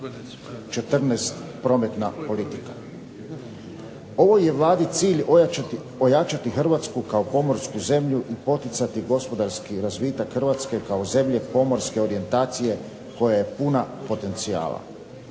14.-Prometna politika. Ovoj je Vladi cilj ojačati Hrvatsku kao pomorsku zemlju i poticati gospodarski razvitak Hrvatske kao zemlje pomorske orijentacije koja je puna potencijala.